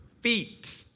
feet